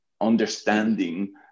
understanding